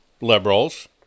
liberals